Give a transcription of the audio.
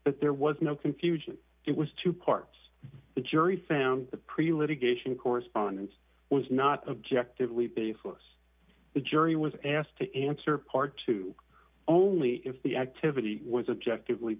that there was no confusion it was two parts the jury found the pre litigation correspondence was not objectively baseless the jury was asked to answer part two only if the activity was objective rea